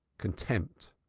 contempt,